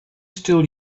still